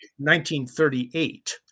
1938